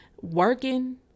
working